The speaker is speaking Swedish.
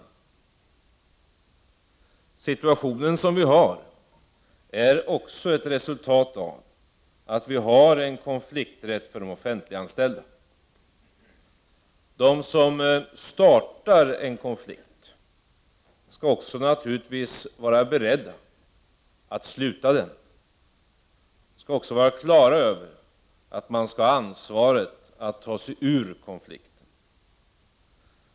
Den situation som vi har är också ett resultat av att vi har en konflikträtt för de offentliganställda. De som startar en konflikt skall naturligtvis också vara beredda att sluta den. De skall också vara på det klara med att de skall ha ansvaret att ta sig ur konflikten.